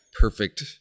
perfect